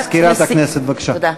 מזכירת הכנסת, בבקשה.